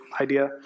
idea